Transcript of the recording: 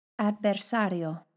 Adversario